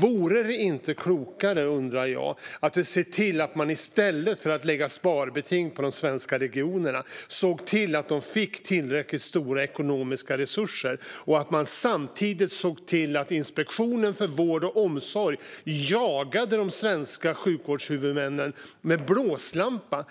Vore det inte klokare, undrar jag, att vi i stället för att lägga sparbeting på de svenska regionerna såg till att de fick tillräckligt stora ekonomiska resurser, och att man samtidigt såg till att Inspektionen för vård och omsorg jagade de svenska sjukvårdshuvudmännen med blåslampa?